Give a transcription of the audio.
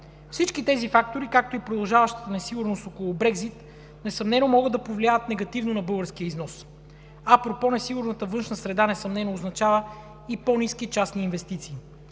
Всички тези фактори, както и продължаващата несигурност около Брекзит, несъмнено могат да повлияят негативно на българския износ. Апропо – несигурната външна среда несъмнено означава и по-ниски частни инвестиции.